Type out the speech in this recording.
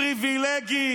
מפחדים.